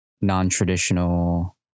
non-traditional